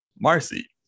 Marcy